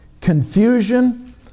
confusion